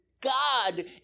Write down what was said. God